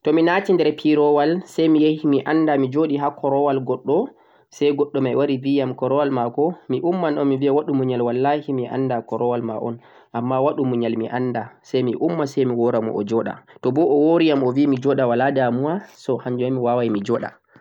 to mi naati nder pirowal say mi yahi mi annda mi joɗi ha korowal goɗɗo, say goɗɗo may wari bi yam korowal maako, mi umman un mi biya mo waɗu muyal wallahi mi annda korowal ma un, ammaa waɗu muyal mi annda, say mi umma say mi wora mo o ɗa, to bo obo o wori yam o bi mi joɗa walaa damuwa, so hannjum ma mi waaway mi joɗa.